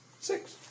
Six